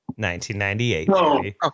1998